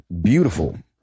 beautiful